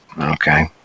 okay